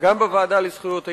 גם בוועדה לזכויות הילד,